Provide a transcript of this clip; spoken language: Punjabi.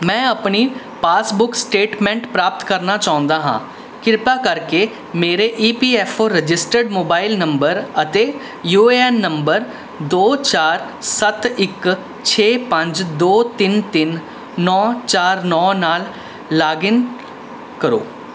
ਮੈਂ ਆਪਣੀ ਪਾਸਬੁੱਕ ਸਟੇਟਮੈਂਟ ਪ੍ਰਾਪਤ ਕਰਨਾ ਚਾਹੁੰਦਾ ਹਾਂ ਕਿਰਪਾ ਕਰਕੇ ਮੇਰੇ E P F O registered mobile number ਅਤੇ ਯੂ ਏ ਐੱਨ ਨੰਬਰ ਦੋ ਚਾਰ ਸੱਤ ਇੱਕ ਛੇ ਪੰਜ ਦੋ ਤਿੰਨ ਤਿੰਨ ਨੌ ਚਾਰ ਨੌ ਨਾਲ ਲਾਗਿਨ ਕਰੋ